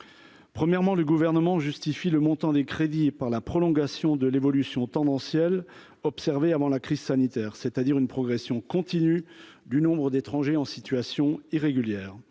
premièrement, le gouvernement justifie le montant des crédits par la prolongation de l'évolution tendancielle, observée avant la crise sanitaire, c'est-à-dire une progression continue du nombre d'étrangers en situation irrégulière,